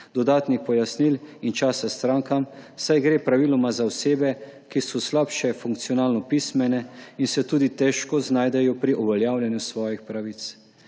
dodatnih pojasnil in časa s strankami, saj gre praviloma za osebe, ki so slabše funkcionalno pismene in se tudi težko znajdejo pri uveljavljanju svojih pravic.